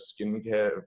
skincare